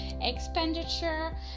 expenditure